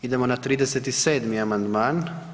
Idemo na 37. amandman.